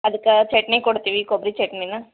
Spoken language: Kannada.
ಅದಕ್ಕೆ ಚಟ್ನಿ ಕೊಡ್ತೀವಿ ಕೊಬ್ಬರಿ ಚಟ್ನಿನ